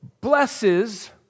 blesses